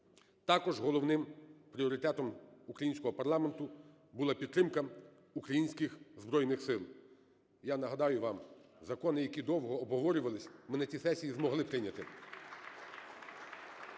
Також головним пріоритетом українського парламенту була підтримка українських Збройних Сил. Я нагадаю вам: закони, які довго обговорювались, ми на цій сесії змогли прийняти